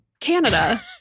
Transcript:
Canada